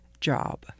job